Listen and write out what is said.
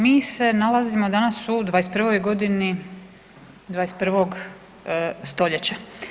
Mi se nalazimo danas u 21. godini 21. stoljeća.